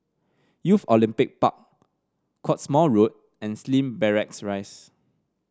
Youth Olympic Park Cottesmore Road and Slim Barracks Rise